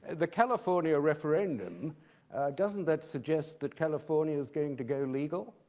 the california referendum doesn't that suggest that california is going to go legal?